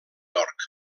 york